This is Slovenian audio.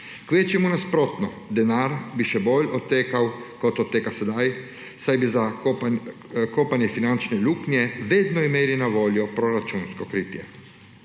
kvečjemu nasprotno, denar bi še bolj odtekal, kot odteka sedaj, saj bi za kopanje finančne luknje vedno imeli na voljo proračunsko kritje.